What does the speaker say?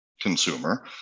consumer